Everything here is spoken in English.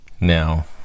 Now